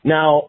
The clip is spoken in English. Now